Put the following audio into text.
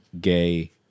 gay